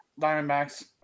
Diamondbacks